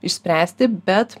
išspręsti bet